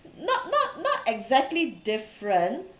not not not exactly different